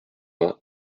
vingt